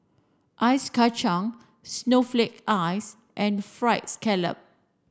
Ice Kachang snowflake ice and fried scallop